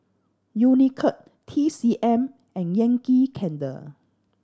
Unicurd T C M and Yankee Candle